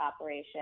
operation